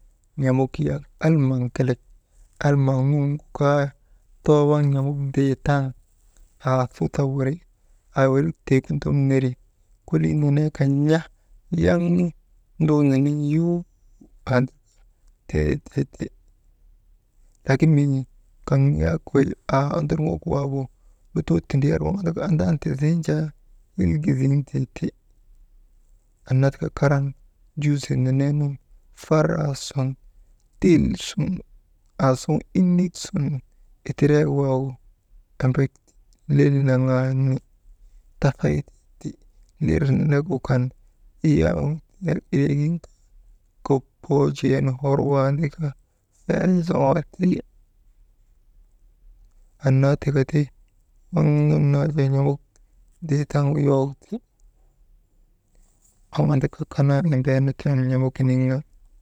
N̰amuk yak almaŋ kelek almaŋ nuŋgu kaa too waŋ n̰amuk deetaŋ aasuta wuri, «Hesitation» kolii nenee kan n̰a waŋ nu nduunenen ju hor tiitee ti, laakin mii kaŋ yak wey aa ondorŋok waagu, tii tindriyar waŋ andaka andaanu ti ziinu jaa, hilgi ziŋtee ti annaa tik karan juuzee neneenu faraa sun tisun, aasuŋ ilik sun, itireyek waagu embek ti lel naŋaani, tafaytee ti, «Hesitation» kok wan hor tandi ka «Hesitation» deetaŋ nu yowok ti wav andaka kanaa embee n̰amuk giniŋ nu ti.